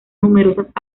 numerosas